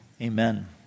amen